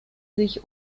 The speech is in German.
sich